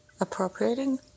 Appropriating